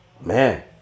man